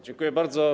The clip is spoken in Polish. Dziękuję bardzo.